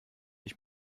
ich